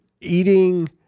eating